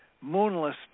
moonless